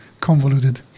convoluted